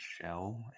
shell